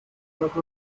plasma